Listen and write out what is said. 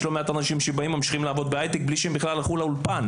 יש לא מעט אנשים שממשיכים לעבוד בהיי טק בלי שהם בכלל הלכו לאולפן.